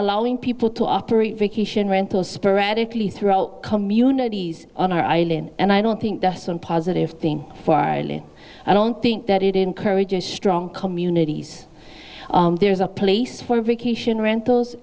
allowing people to operate vacation rental sporadically throughout communities on our island and i don't think that's a positive thing i don't think that it encourages strong communities there's a place for vacation